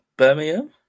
Birmingham